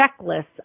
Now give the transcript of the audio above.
checklists